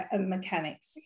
mechanics